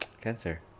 cancer